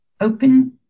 open